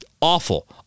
awful